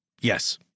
Yes